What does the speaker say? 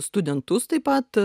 studentus taip pat